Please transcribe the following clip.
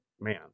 man